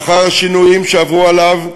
לאחר השינויים שעברו עליו,